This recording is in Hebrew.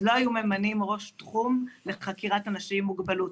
אז לא היו ממנים ראש תחום לחקירת אנשים עם מוגבלות.